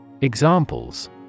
Examples